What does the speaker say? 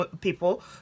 people